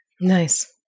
nice